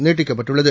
நீட்டிக்கப்பட்டுள்ளது